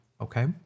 Okay